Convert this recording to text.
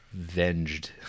venged